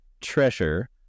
Treasure